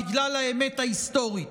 בגלל האמת ההיסטורית.